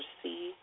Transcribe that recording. see